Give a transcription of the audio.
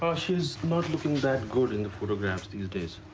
ah she's not looking that good in the photographs these days.